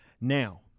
now